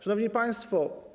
Szanowni Państwo!